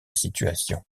situation